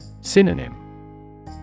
Synonym